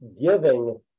giving